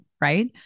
right